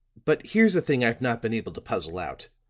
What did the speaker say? but here's a thing i've not been able to puzzle out.